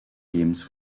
teams